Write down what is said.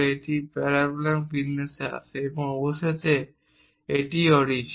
এটি প্যারাবোলিক বিন্যাসে আসে এবং অবশেষে এটিই অরিজিন